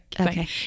okay